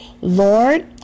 Lord